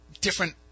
different